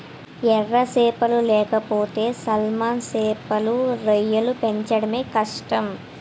ఎర సేపలు లేకపోతే సాల్మన్ సేపలు, రొయ్యలు పెంచడమే కష్టం